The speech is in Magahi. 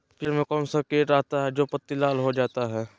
प्याज में कौन सा किट रहता है? जो पत्ती लाल हो जाता हैं